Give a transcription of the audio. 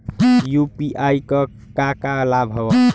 UPI क का का लाभ हव?